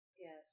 yes